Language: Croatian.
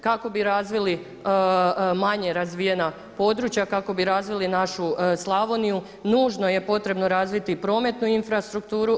Kako bi razvili manje razvijena područja, kako bi razvili našu Slavoniju nužno je potrebno razviti prometnu infrastrukturu.